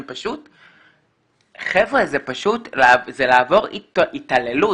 חבר'ה, זה לעבור התעללות.